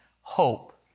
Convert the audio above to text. Hope